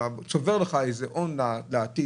אתה צובר לך איזה הון לעתיד